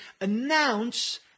announce